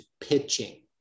pitching